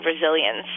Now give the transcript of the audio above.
resilience